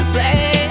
Play